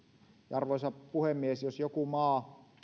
arvoisa puhemies jos joku maa